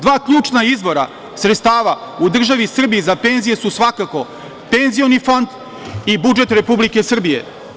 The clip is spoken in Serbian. Dva ključna izvora sredstava u državi Srbiji za penzije su svakako – penzioni fond i budžet Republike Srbije.